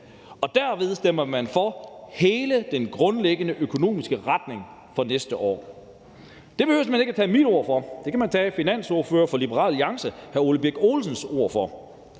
man derved stemmer for hele den grundlæggende økonomiske retning for næste år. Det behøver man ikke at tage mine ord for, men det kan man tage finansordføreren for Liberal Alliance, hr. Ole Birk Olesens, ord for.